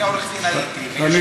אני הייתי עורך-דין, ויש,